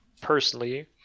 personally